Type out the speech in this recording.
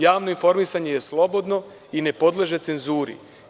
Javno informisanje je slobodno i ne podleže cenzuri.